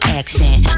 accent